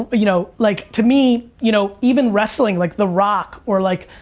you know like to me, you know even wrestling like the rock or like,